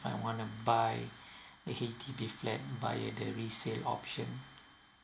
if I want to buy a H_D_B flat via the resale option